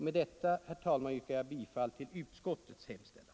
Med detta, herr talman, yrkar jag bifall till utskottets hemställan.